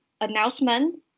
announcement